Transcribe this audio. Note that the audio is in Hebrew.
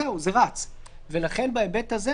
זאת אומרת,